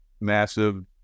massive